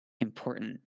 important